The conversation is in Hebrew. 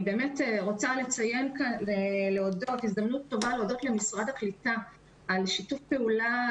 אני רוצה לציין ולהודות כאן למשרד הקליטה על שיתוף פעולה